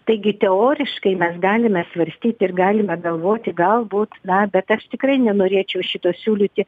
taigi teoriškai mes galime svarstyt ir galime galvoti galbūt na bet aš tikrai nenorėčiau šito siūlyti